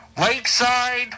Lakeside